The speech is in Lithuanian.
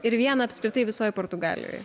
ir vieną apskritai visoj portugalijoj